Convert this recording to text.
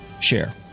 share